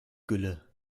gülle